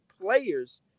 players